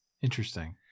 Interesting